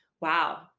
wow